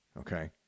okay